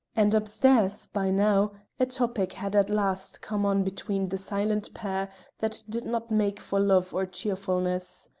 and upstairs, by now, a topic had at last come on between the silent pair that did not make for love or cheerfulness.